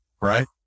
Right